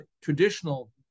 traditional